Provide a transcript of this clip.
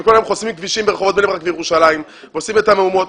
שכל יום חוסמים כבישים ברחובות בני ברק וירושלים ועושים את המהומות,